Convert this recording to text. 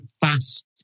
fast